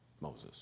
Moses